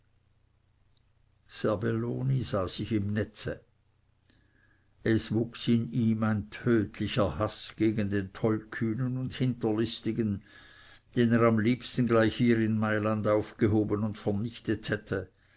sah sich im netze es wuchs in ihm ein tödlicher haß gegen den tollkühnen und hinterlistigen den er am liebsten gleich hier in mailand aufgehoben und vernichtet hätte